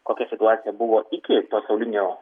kokia situacija buvo iki pasaulinio